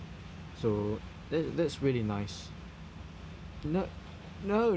so that that's really nice no no